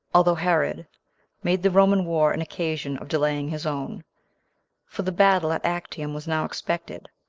although herod made the roman war an occasion of delaying his own for the battle at actium was now expected,